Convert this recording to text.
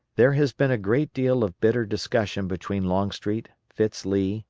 there has been a great deal of bitter discussion between longstreet, fitz lee,